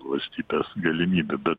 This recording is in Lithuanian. valstybės galimybių be